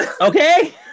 Okay